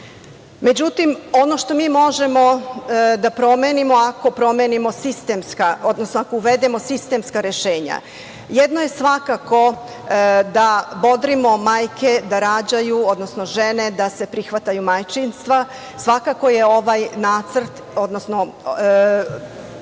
promenimo sistemska, odnosno ako uvedemo sistemska rešenja. Jedno je svakako da bodrimo majke da rađaju, odnosno žene da se prihvataju majčinstva. Svakako je ovaj nacrt, odnosno